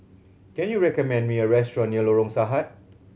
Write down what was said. can you recommend me a restaurant near Lorong Sahad